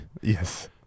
Yes